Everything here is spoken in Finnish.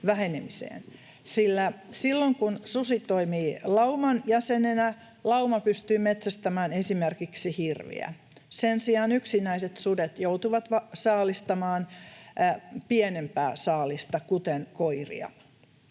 Silloin kun susi toimii lauman jäsenenä, lauma pystyy metsästämään esimerkiksi hirviä; sen sijaan yksinäiset sudet joutuvat saalistamaan pienempää saalista, kuten koiria.